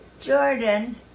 Jordan